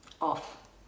Off